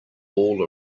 all